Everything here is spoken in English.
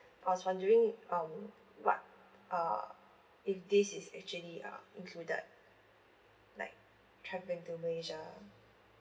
I was wondering um what uh if this is actually uh included like travelling to malaysia